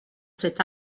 cet